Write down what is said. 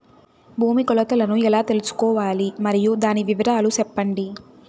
భూమి కొలతలను ఎలా తెల్సుకోవాలి? మరియు దాని వివరాలు సెప్పండి?